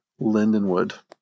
lindenwood